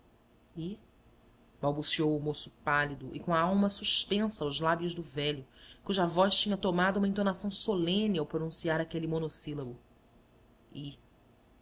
balbuciou o moço pálido e com a alma suspensa aos lábios do velho cuja voz tinha tomado uma entonação solene ao pronunciar aquele monossílabo